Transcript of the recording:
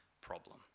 problem